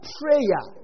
prayer